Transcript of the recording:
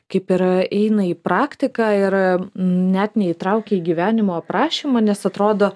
kaip ir įeina į praktiką ir net neįtraukia į gyvenimo aprašymą nes atrodo